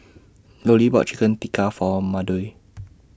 Lollie bought Chicken Tikka For Maude